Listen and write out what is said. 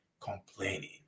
complaining